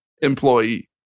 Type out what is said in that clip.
employee